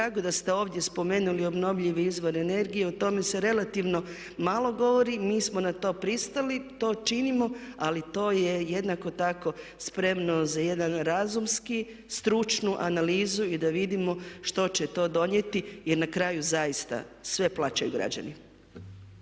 drago da ste ovdje spomenuli obnovljive izvore energije. O tome se relativno malo govori, mi smo na to pristali, to činimo ali to je jednako tako spremno za jedan razumski, stručnu analizu i da vidimo što će to donijeti. Jer na kraju, zaista sve plaćaju građani.